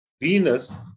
Venus